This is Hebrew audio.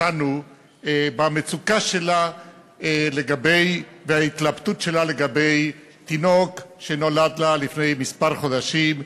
אותנו במצוקה שלה ובהתלבטות שלה לגבי תינוק שנולד לה לפני כמה חודשים.